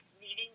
meeting